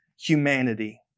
humanity